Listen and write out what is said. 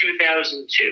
2002